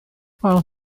barn